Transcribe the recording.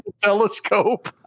telescope